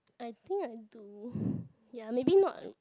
I think I do ya maybe not